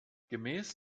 gemäß